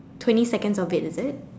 twenty seconds of it is it